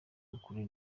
ukuri